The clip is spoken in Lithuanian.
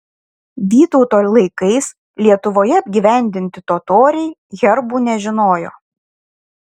vytauto laikais lietuvoje apgyvendinti totoriai herbų nežinojo